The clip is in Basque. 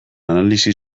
analisi